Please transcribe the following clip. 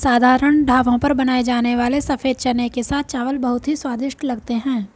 साधारण ढाबों पर बनाए जाने वाले सफेद चने के साथ चावल बहुत ही स्वादिष्ट लगते हैं